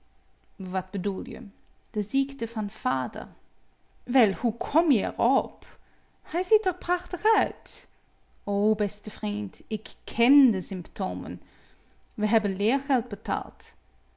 wat bedoel je de ziekte van vader wel hoe kom je er op hij ziet er prachtig uit o beste vriend ik kèn de symptomen we hebben leergeld betaald